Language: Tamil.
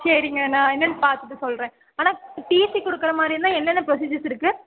சரிங்க நான் என்னன்னு பார்த்துட்டு சொல்கிறேன் ஆனால் டிசி கொடுக்குற மாதிரி இருந்தால் என்னென்ன ப்ரொஸீஜர்ஸ்